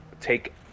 take